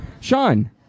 Sean